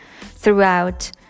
throughout